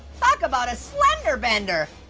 talk about a slender bender.